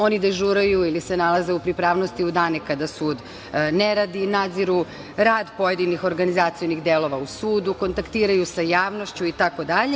Oni dežuraju ili se nalaze u pripravnosti u danima kada sud ne radi, nadziru rad pojedinih organizacionih delova u sudu, kontaktiraju sa javnošću itd.